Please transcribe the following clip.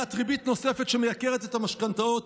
עליית ריבית נוספת שמייקרת את המשכנתאות.